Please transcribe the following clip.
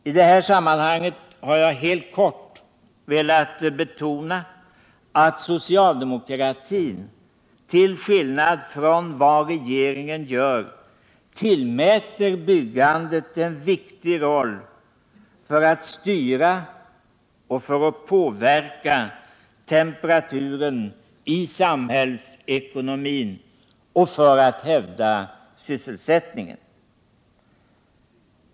I detta sammanhang har jag helt kort velat betona att socialdemokratin till skillnad från regeringen tillmäter byggandet en viktig roll för att styra och påverka temperaturen i samhällsekonomin och för att hävda sysselsättningen.